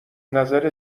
نظر